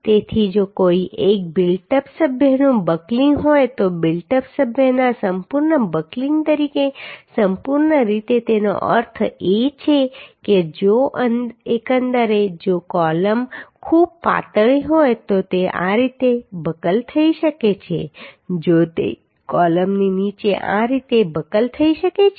તેથી જો કોઈ એક બિલ્ટ અપ સભ્યનું બકલીંગ હોય તો બિલ્ટ અપ સભ્યના સંપૂર્ણ બકલીંગ તરીકે સંપૂર્ણ રીતે તેનો અર્થ એ છે કે જો એકંદરે જો કૉલમ ખૂબ પાતળી હોય તો તે આ રીતે બકલ થઈ શકે છે જો તે કૉલમની નીચે આ રીતે બકલ થઈ શકે છે